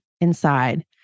inside